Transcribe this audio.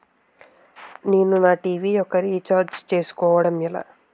నేను నా టీ.వీ యెక్క రీఛార్జ్ ను చేసుకోవడం ఎలా?